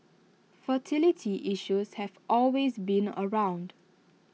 fertility issues have always been around